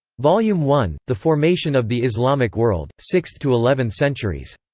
volume one the formation of the islamic world, sixth to eleventh centuries.